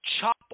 chop